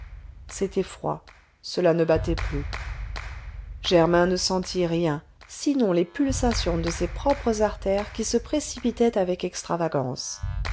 c'était froid cela ne battait plus germain ne sentit rien sinon les pulsations de ses propres artères qui se précipitaient avec extravagance